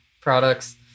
products